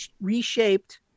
reshaped